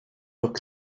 rok